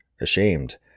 ashamed